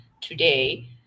today